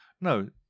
No